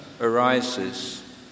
arises